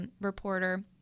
reporter